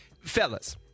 Fellas